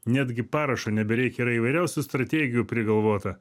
netgi parašo nebereikia yra įvairiausių strategijų prigalvota